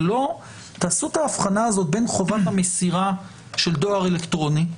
תעשו את ההבחנה הזאת בין חובת המסירה של דואר אלקטרוני,